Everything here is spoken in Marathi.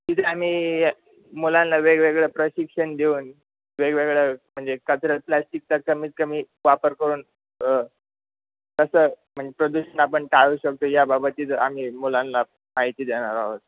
तिथे आम्ही मुलांना वेगवेगळं प्रशिक्षण देऊन वेगवेगळं म्हणजे कचरा प्लास्टिकचा कमीत कमी वापर करून कसं म्हणजे प्रदूषण आपण टाळू शकतो याबाबतीत आम्ही मुलांना माहिती देणार आहोत